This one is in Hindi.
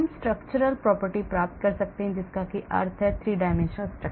हम structural properties प्राप्त कर सकते हैं जिसका अर्थ है 3 dimensional structure